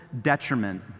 detriment